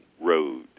road